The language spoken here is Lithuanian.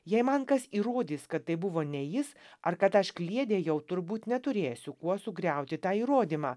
jei man kas įrodys kad tai buvo ne jis ar kad aš kliedėjau turbūt neturėsiu kuo sugriauti tą įrodymą